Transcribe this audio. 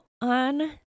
on